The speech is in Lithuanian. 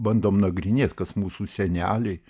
bandom nagrinėt kas mūsų seneliai